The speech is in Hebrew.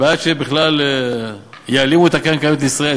אני בעד שבכלל יעלימו את הקרן קיימת לישראל.